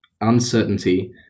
uncertainty